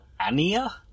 Ania